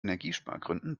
energiespargründen